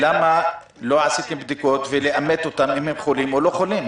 למה לא עשיתם בדיקות כדי לאמת אם הם חולים או לא חולים?